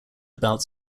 about